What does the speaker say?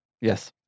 Yes